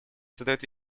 создает